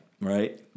right